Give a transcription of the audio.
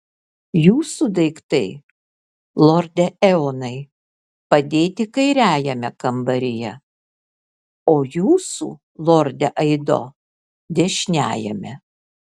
jūsų daiktai lorde eonai padėti kairiajame kambaryje o jūsų lorde aido dešiniajame